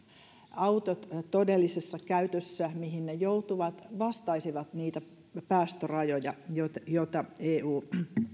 autot siinä todellisessa käytössä mihin ne joutuvat vastaisivat niitä päästörajoja joita eu